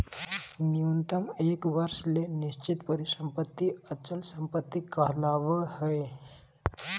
न्यूनतम एक वर्ष ले निश्चित परिसम्पत्ति अचल संपत्ति कहलावय हय